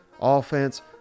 offense